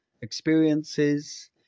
experiences